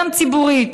גם ציבורית,